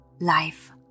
Life